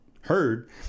heard